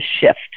shift